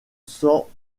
cent